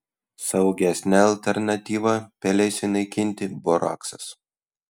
saugesnė alternatyva pelėsiui naikinti boraksas